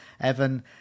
Evan